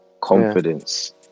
confidence